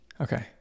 Okay